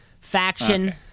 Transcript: faction